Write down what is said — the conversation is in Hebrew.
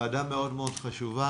ועדה מאוד מאוד חשובה.